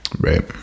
Right